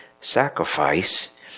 sacrifice